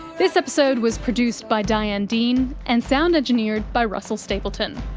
this episode was produced by diane dean and sound engineered by russell stapleton.